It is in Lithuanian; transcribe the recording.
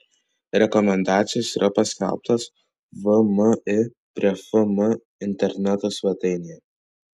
rekomendacijos yra paskelbtos vmi prie fm interneto svetainėje